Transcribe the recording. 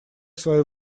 свое